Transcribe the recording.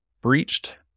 breached